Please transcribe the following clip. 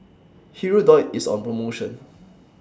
Hirudoid IS on promotion